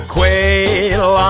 Quail